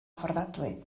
fforddiadwy